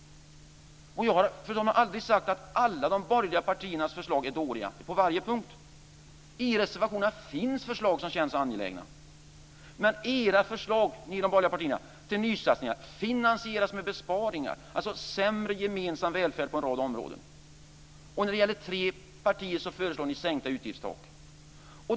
Jag har, fru talman, aldrig sagt att alla förslag från de borgerliga partierna är dåliga på varje punkt. I reservationerna finns förslag som känns angelägna, men de borgerliga partiernas förslag till nysatsningar finansieras med besparingar, alltså med sämre gemensam välfärd på en rad områden. Tre partier föreslår sänkta utgiftstak.